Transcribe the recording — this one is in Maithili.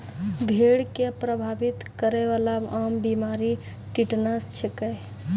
भेड़ क प्रभावित करै वाला आम बीमारी टिटनस छिकै